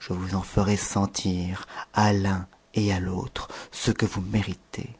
je vous en ferai sentir à l'un et à l'autre ce que vous méritez